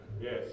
Yes